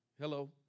Hello